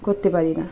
করতে পারি না